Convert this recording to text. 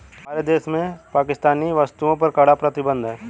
हमारे देश में पाकिस्तानी वस्तुएं पर कड़ा प्रतिबंध हैं